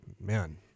man